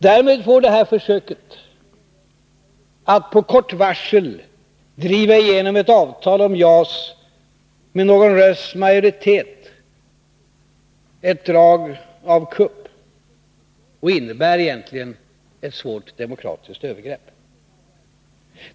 Därmed får detta försök att med kort varsel driva genom ett avtal om JAS med en rösts majoritet ett drag av kupp och innebär egentligen ett svårt demokratiskt övergrepp.